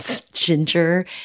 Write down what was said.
ginger